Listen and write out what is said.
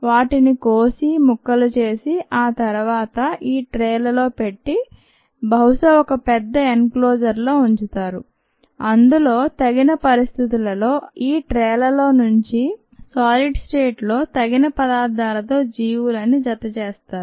వాటిని కోసి ముక్కలు చేసి ఆ తర్వాత ఈ ట్రేలలో పెట్టి బహుశా ఒక పెద్ద ఎన్ క్లోజర్ లో ఉంచుతారు అందులో తగిన పరిస్థితులలో ఈ ట్రేలలో ఉంచిసాలిడ్ స్టేట్ లో తగిన పదార్థాలతో జీవులని జతచేస్తారు